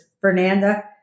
Fernanda